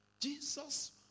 Jesus